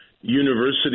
university